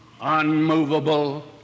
unmovable